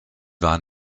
war